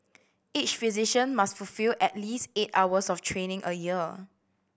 each physician must fulfil at least eight hours of training a year